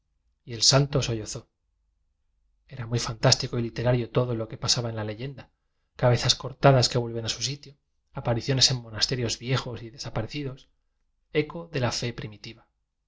y el santo sollo zó era muy fantástico y literario todo lo que pasaba en la leyenda cabezas cortadas que vuelven a su sitio aparicio nes en monasterios viejos y desapareci dos eco de la fe primitiva